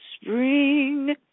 Spring